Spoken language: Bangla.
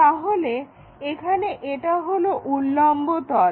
তাহলে এখানে এটা হলো উল্লম্ব তল